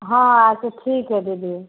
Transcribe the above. हँऽ अच्छा ठीक हइ दीदी